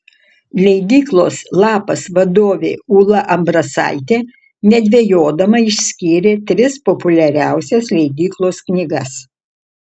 leidyklos lapas vadovė ūla ambrasaitė nedvejodama išskyrė tris populiariausias leidyklos knygas